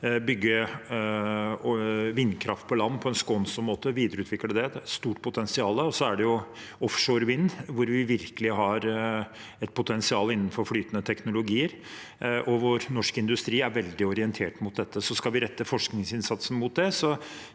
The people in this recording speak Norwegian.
bygge vindkraft på land på en skånsom måte og videreutvikle det, for det er et stort potensial. Så er det offshore vind, hvor vi virkelig har et potensial innenfor flytende teknologier, og hvor norsk industri er veldig orientert mot dette. Skal vi rette forskningsinnsatsen mot det,